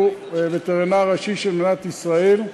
הוא הווטרינר הראשי של מדינת ישראל,